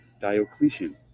Diocletian